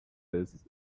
this